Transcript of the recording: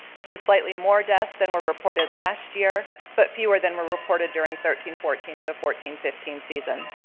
this is slightly more deaths than were reported last year but fewer than were reported during thirteen fourteen or the fourteen fifteen season.